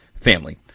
Family